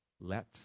let